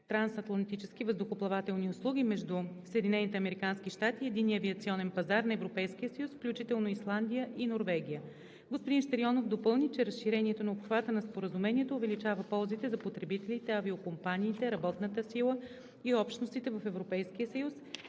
трансатлантически въздухоплавателни услуги между Съединените американски щати и Единния авиационен пазар на Европейския съюз, включително Исландия и Норвегия. Господин Щерионов допълни, че разширението на обхвата на Споразумението увеличава ползите за потребителите, авиокомпаниите, работната сила и общностите в Европейския съюз,